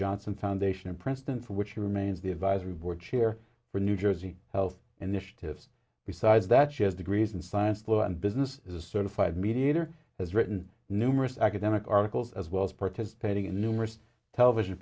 johnson foundation in princeton for which she remains the advisory board chair for new jersey health initiatives besides that she has degrees in science law and business is a certified mediator has written numerous academic articles as well as participating in numerous television